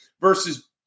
versus